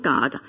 God